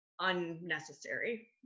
unnecessary